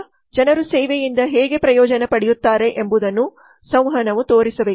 ಆದ್ದರಿಂದ ಜನರು ಸೇವೆಯಿಂದ ಹೇಗೆ ಪ್ರಯೋಜನ ಪಡೆಯುತ್ತಾರೆ ಎಂಬುದನ್ನು ಸಂವಹನವು ತೋರಿಸಬೇಕು